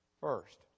First